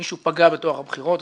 מישהו פגע בטוהר הבחירות,